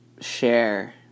Share